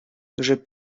duże